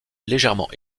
légèrement